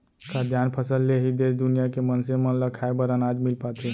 खाद्यान फसल ले ही देस दुनिया के मनसे मन ल खाए बर अनाज मिल पाथे